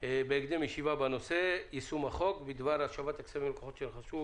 בהקדם ישיבה בנושא יישום החוק בדבר השבת כספים ללקוחות שרכשו